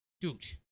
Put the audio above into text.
dude